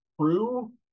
true